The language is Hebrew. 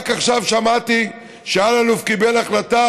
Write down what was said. רק עכשיו שמעתי שאלאלוף קיבל החלטה